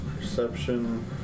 perception